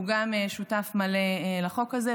הוא גם שותף מלא לחוק הזה.